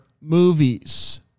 movies